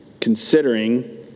considering